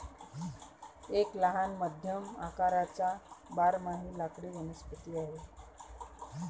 एक लहान मध्यम आकाराचा बारमाही लाकडी वनस्पती आहे